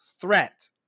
threat